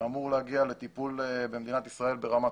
שאמור להגיע לטיפול במדינת ישראל ברמת